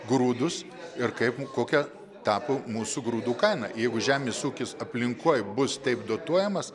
grūdus ir kaip kokia tapo mūsų grūdų kaina jeigu žemės ūkis aplinkoj bus taip dotuojamas